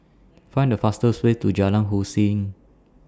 Find The fastest Way to Jalan Hussein